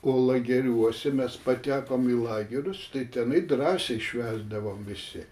o lageriuose mes patekom į lagerius tai tenai drąsiai švęsdavom visi